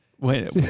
Wait